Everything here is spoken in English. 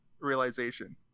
realization